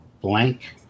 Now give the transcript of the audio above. blank